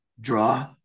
Draw